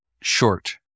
short